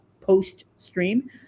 post-stream